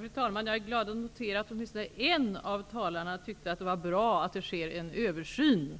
Fru talman! Jag är glad att jag kan notera att åtmistone en av talarna tyckte att det var bra att det sker en översyn.